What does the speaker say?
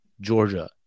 Georgia